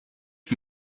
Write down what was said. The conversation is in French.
que